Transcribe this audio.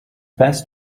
best